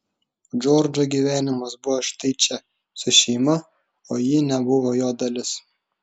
džordžo gyvenimas buvo štai čia su šeima o ji nebuvo jo dalis